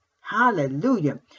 Hallelujah